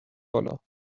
بالا